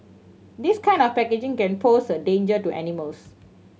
this kind of packaging can pose a danger to animals